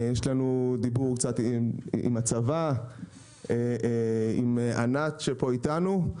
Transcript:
יש לנו דיבור קצת עם הצבא, עם ענת שפה איתנו.